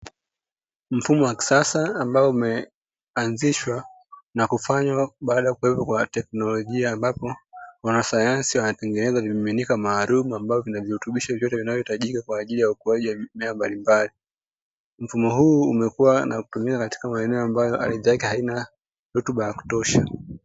Mfumo wa kisasa ambao umeanzishwa na kufanywa baada ya kupelekwa kwa wanateknolojia, ambapo wana sayansi wanatengeneza vimiminika maalum ambavyo vinavirutubisho vyote vinavyo hitajika kwaajili ya ukuaji wa mimea mbalimbali. Mfumo huu umekuwa na kutumiwa katika maeneo ambayo ardhi yake haina rutuba ya kutosha.